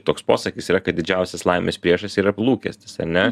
toks posakis yra kad didžiausias laimės priešas lūkestis ane